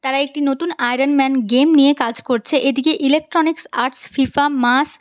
তারা একটি নতুন আয়রন ম্যান গেম নিয়ে কাজ করছে এটিকে ইলেকট্রনিক্স আর্টস ফিফা মাস